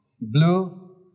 blue